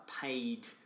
paid